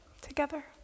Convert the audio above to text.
together